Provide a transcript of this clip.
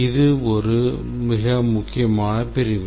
இது மிக முக்கியமான பிரிவு